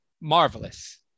marvelous